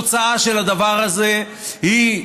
התוצאה של הדבר הזה היא,